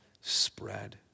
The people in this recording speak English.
spread